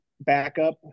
backup